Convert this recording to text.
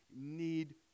need